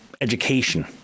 education